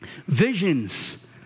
Visions